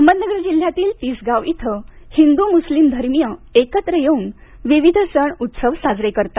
अहमदनगर जिल्ह्यातील तिसगाव इथं हिंदू मुस्लिम धर्मीय एकत्र येऊन विविध सण उत्सव साजरे करतात